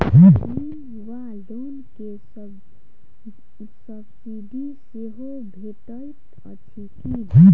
ऋण वा लोन केँ सब्सिडी सेहो भेटइत अछि की?